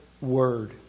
word